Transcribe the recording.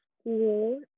school